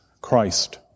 Christ